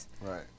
right